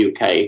UK